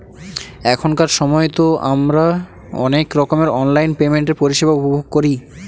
এখনকার সময়তো আমারা অনেক রকমের অনলাইন পেমেন্টের পরিষেবা উপভোগ করি